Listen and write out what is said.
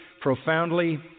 profoundly